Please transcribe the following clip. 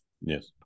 Yes